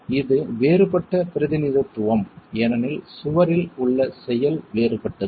இது வேறுபட்ட பிரதிநிதித்துவம் ஏனெனில் சுவரில் உள்ள செயல் வேறுபட்டது